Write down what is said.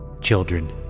Children